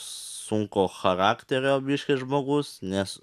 sunko charakterio biškį žmogus nes